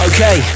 Okay